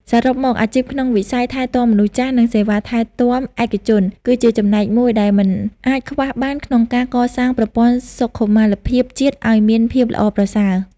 សរុបមក អាជីពក្នុងវិស័យថែទាំមនុស្សចាស់ និងសេវាថែទាំឯកជន គឺជាចំណែកមួយដែលមិនអាចខ្វះបានក្នុងការកសាងប្រព័ន្ធសុខុមាលភាពជាតិឱ្យមានភាពល្អប្រសើរ។